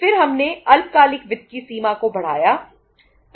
फिर हमने अल्पकालिक वित्त की सीमा को बढ़ाया